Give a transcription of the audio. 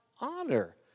honor